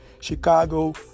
Chicago